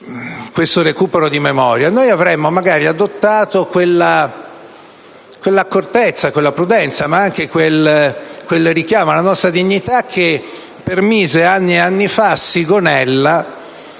questo recupero di memoria - magari adottato quell'accortezza, quella prudenza ma anche quel richiamo alla nostra dignità che permise anni e anni fa, a Sigonella,